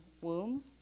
womb